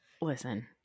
Listen